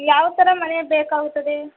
ಯಾವ ಥರ ಮನೆ ಬೇಕಾಗುತ್ತದೆ